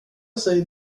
sig